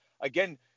again